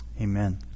amen